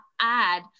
add